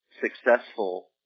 successful